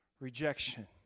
rejection